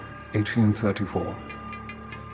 1834